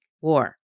war